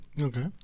okay